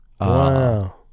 Wow